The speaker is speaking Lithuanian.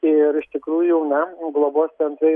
ir iš tikrųjų na o globos centrai